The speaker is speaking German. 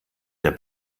der